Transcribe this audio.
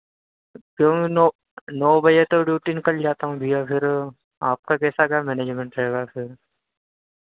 फिर मैं नौ नौ बजे तक ड्यूटी निकल जाता हूँ भैया फिर आपका कैसा क्या मैनेजमेंट रहेगा फिर